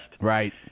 Right